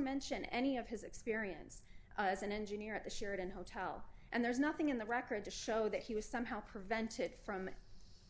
mention any of his experience as an engineer at the sheraton hotel and there's nothing in the record to show that he was somehow prevent it from